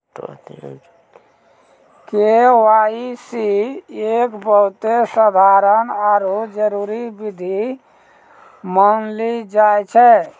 KYC एक बहुते साधारण आरु जरूरी विधि मानलो जाय छै